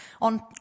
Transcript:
On